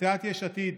סיעת יש עתיד,